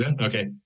Okay